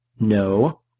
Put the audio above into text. No